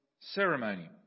ceremony